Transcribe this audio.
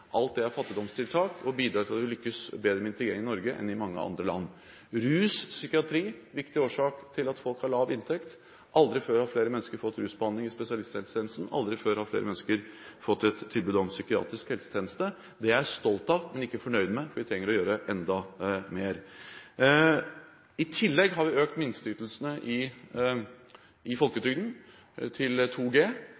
alt det er fattigdomstiltak, og bidrar til at vi lykkes bedre med integreringen i Norge enn i mange andre land. Rus og psykiatri er viktige årsaker til at folk har lav inntekt. Aldri før har flere mennesker fått rusbehandling i spesialisthelsetjenesten, aldri før har flere mennesker fått et tilbud om psykiatrisk helsetjeneste. Det er jeg stolt av, men ikke fornøyd med, for vi trenger å gjøre enda mer. I tillegg har vi økt minsteytelsene i